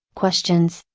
questions,